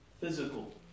physical